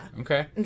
Okay